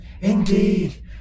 Indeed